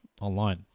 online